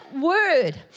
word